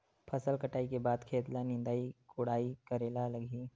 फसल कटाई के बाद खेत ल निंदाई कोडाई करेला लगही?